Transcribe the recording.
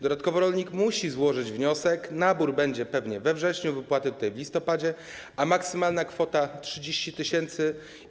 Dodatkowo rolnik musi złożyć wniosek, nabór będzie pewnie we wrześniu, wypłaty w listopadzie, a maksymalna kwota - 30 tys.